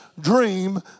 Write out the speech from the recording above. dream